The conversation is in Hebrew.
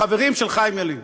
החברים של חיים ילין.